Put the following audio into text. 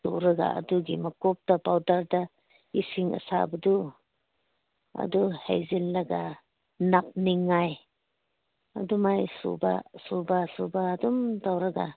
ꯇꯧꯔꯒ ꯑꯗꯨꯒꯤ ꯃꯀꯨꯞꯇ ꯄꯥꯎꯗꯔꯗ ꯏꯁꯤꯡ ꯑꯁꯥꯕꯗꯨ ꯑꯗꯨ ꯍꯩꯖꯤꯜꯂꯒ ꯅꯞꯅꯤꯡꯉꯥꯏ ꯑꯗꯨꯃꯥꯏꯅ ꯁꯨꯕ ꯁꯨꯕ ꯁꯨꯕ ꯑꯗꯨꯝ ꯇꯧꯔꯒ